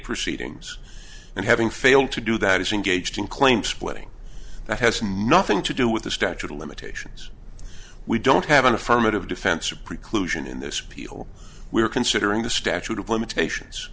proceedings and having failed to do that is engaged in claim splitting that has nothing to do with the statute of limitations we don't have an affirmative defense or preclusion in this appeal we are considering the statute of limitations